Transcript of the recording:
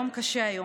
יום קשה היום.